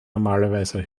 normalerweise